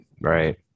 Right